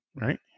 right